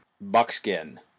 Buckskin